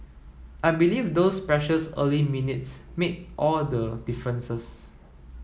I believe those precious early minutes made all the differences